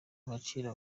abacira